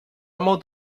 molt